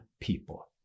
people